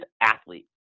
athlete